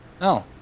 No